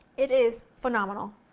it is phenomenal.